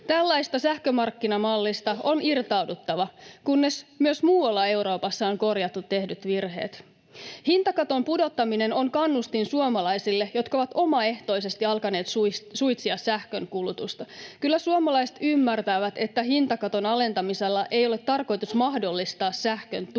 Tällaisesta sähkömarkkinamallista on irtauduttava, kunnes myös muualla Euroopassa on korjattu tehdyt virheet. Hintakaton pudottaminen on kannustin suomalaisille, jotka ovat omaehtoisesti alkaneet suitsia sähkön kulutusta. Kyllä suomalaiset ymmärtävät, että hintakaton alentamisella ei ole tarkoitus mahdollistaa sähkön tuhlausta.